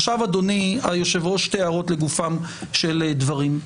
אדוני היושב-ראש, שתי הערות לגופם של דברים.